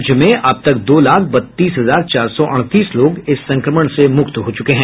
राज्य में अब तक दो लाख बत्तीस हजार चार सौ अड़तीस लोग इस संक्रमण से मुक्त हो चुके हैं